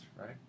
right